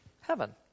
heaven